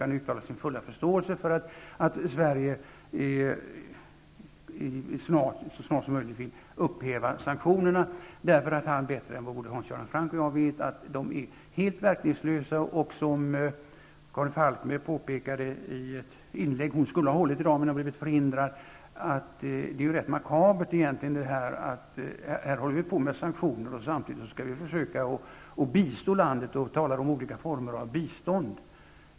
Han uttalade sin fulla förståelse för att Sverige så snart som möjligt ville upphäva sanktionerna. Det gjorde han därför att han vet bättre än både Hans Göran Franck och jag att de är helt verkningslösa. Karin Falkmer har påpekat i ett inlägg som hon skulle ha hållit i dag, men hon har blivit förhindrad, att det är rätt makabert att vi håller på med sanktioner samtidigt som vi skall försöka bistå landet och talar om olika former av bistånd.